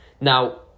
Now